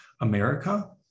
America